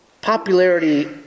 Popularity